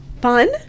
Fun